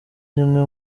zimwe